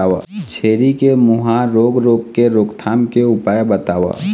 छेरी के मुहा रोग रोग के रोकथाम के उपाय बताव?